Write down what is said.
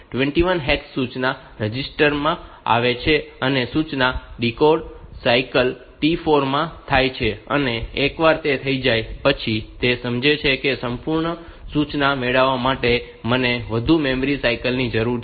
21 hex સૂચના register માં આવે છે અને સૂચના ડીકોડ સાયકલ T4 માં થાય છે અને એકવાર તે થઈ જાય પછી તે સમજે છે કે સંપૂર્ણ સૂચના મેળવવા માટે મને વધુ મેમરી સાયકલ ની જરૂર છે